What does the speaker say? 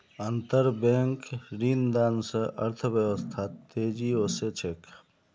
अंतरबैंक ऋणदान स अर्थव्यवस्थात तेजी ओसे छेक